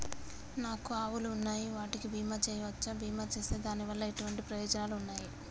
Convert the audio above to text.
నాకు ఆవులు ఉన్నాయి వాటికి బీమా చెయ్యవచ్చా? బీమా చేస్తే దాని వల్ల ఎటువంటి ప్రయోజనాలు ఉన్నాయి?